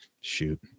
shoot